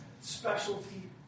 specialty